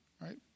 right